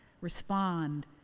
Respond